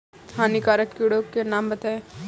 हानिकारक कीटों के नाम बताएँ?